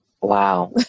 Wow